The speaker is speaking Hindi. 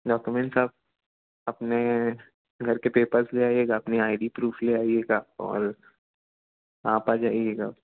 डाक्यूमेंट्स आप अपने घर के पेपर्ज़ ले आइएगा अपनी आई डी प्रूफ़ ले आइएगा और आप आ जाएगा